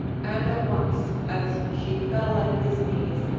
and at once, as she fell at his knees,